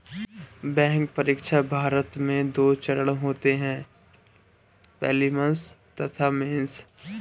bank परीक्षा, भारत में दो चरण होते हैं प्रीलिम्स तथा मेंस